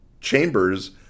Chambers